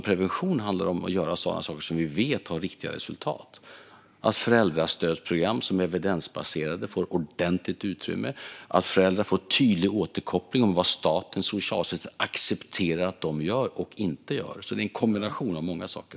Prevention handlar om att göra saker som vi vet har riktiga resultat: att evidensbaserade föräldrastödsprogram får ordentligt utrymme och att föräldrar får tydlig återkoppling om vad statens socialtjänst accepterar att de gör och inte gör. Det handlar alltså om en kombination av många saker.